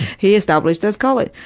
he established this college.